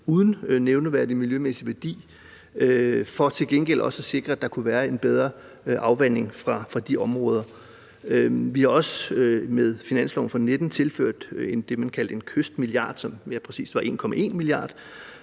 uden nævneværdig miljømæssig værdi – for til gengæld at sikre, at der kunne være en bedre afvanding fra de områder. Vi har også med finansloven for 2019 tilført det, man kaldte en kystmilliard, og som mere præcist var 1,1 mia.